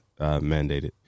mandated